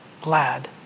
glad